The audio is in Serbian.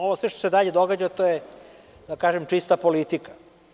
Ovo sve što se dalje događa to je, da kažem, čista politika.